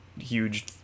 huge